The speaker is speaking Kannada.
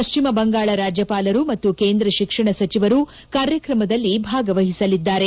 ಪಶ್ಲಿಮ ಬಂಗಾಳ ರಾಜ್ಯಪಾಲರು ಮತ್ತು ಕೇಂದ್ರ ಶಿಕ್ಷಣ ಸಚಿವರೂ ಕಾರ್ಯಕ್ರಮದಲ್ಲಿ ಭಾಗವಹಿಸಲಿದ್ದಾರೆ